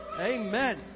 Amen